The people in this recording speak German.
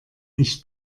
nicht